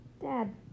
Dad